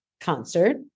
concert